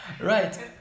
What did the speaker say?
Right